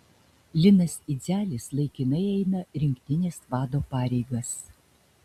linas idzelis laikinai eina rinktinės vado pareigas